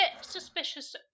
suspicious